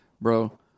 Bro